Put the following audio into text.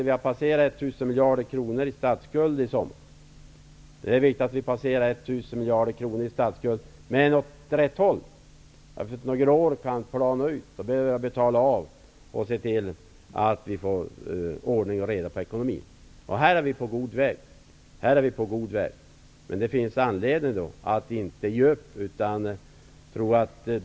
Vi har passerat 1 000 miljarder kronor i statsskuld i sommar -- det är viktigt att vi passerar 1 000 miljarder kronor i statsskuld men åt rätt håll! Det är viktigt att kurvan efter några år kan plana ut, att vi kan börja betala av och se till att vi får ordning och reda på ekonomin. Här är vi på god väg. Men det finns då anledning att inte ge upp.